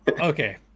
Okay